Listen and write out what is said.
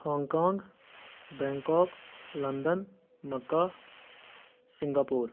Hong Kong Bangkok London mecca Singapore